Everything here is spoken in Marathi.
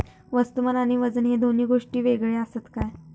वस्तुमान आणि वजन हे दोन गोष्टी वेगळे आसत काय?